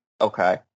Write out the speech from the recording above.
Okay